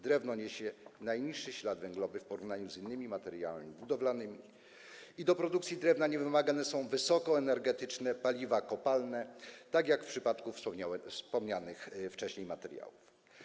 Drewno niesie najniższy ślad węglowy w porównaniu z innymi materiałami budowlanymi - do produkcji drewna nie są wymagane wysokoenergetyczne paliwa kopalne, tak jak w przypadku wspomnianych wcześniej materiałów.